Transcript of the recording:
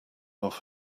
off